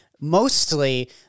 mostly